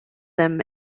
them